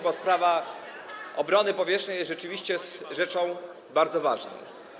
bo sprawa obrony powietrznej jest rzeczywiście rzeczą bardzo ważną.